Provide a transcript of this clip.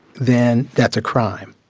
then that's a crime.